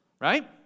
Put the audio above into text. Right